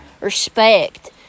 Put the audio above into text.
respect